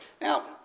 now